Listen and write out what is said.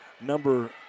number